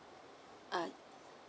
ah